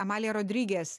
amalija rodriges